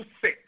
sick